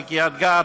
בקריית גת,